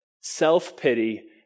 self-pity